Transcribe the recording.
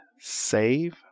save